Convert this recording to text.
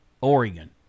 Oregon